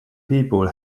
people